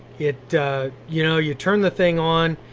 yeah you know, you turn the thing on,